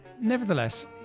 Nevertheless